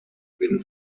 wind